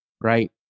right